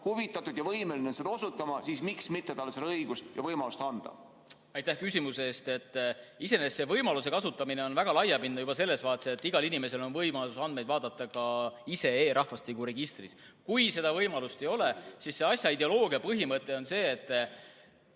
huvitatud ja võimeline seda osutama, siis miks mitte talle seda õigust ja võimalust anda. Aitäh küsimuse eest! Iseenesest see võimaluse kasutamine on väga laiapindne juba selles vaates, et igal inimesel on võimalus andmeid vaadata ka ise e-rahvastikuregistris. Kui seda võimalust ei ole, siis asja ideoloogia ja põhimõte on selline, et